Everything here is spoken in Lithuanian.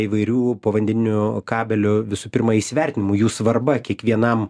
įvairių povandinių kabelių visų pirma įsivertinimu jų svarba kiekvienam